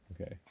Okay